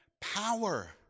power